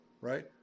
right